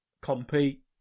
compete